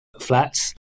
flats